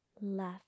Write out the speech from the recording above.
left